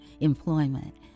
employment